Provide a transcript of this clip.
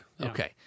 Okay